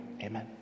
amen